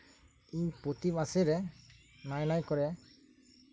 ᱤᱧ ᱯᱨᱚᱛᱤ ᱢᱟᱥᱮᱨᱮ ᱱᱟᱭ ᱱᱟᱭ ᱠᱚᱨᱮ